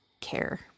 care